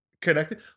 connected